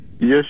Yes